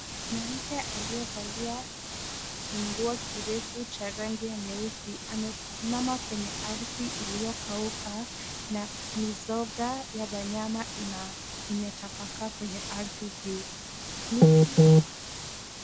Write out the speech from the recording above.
Mwanamke aliyevalia kinguo kirefu cha rangi ya nyeusi amesimama kwenye ardhi iliyokauka na mizoga ya wanyama imetapakaa kwenye ardhi hii.